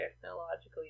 technologically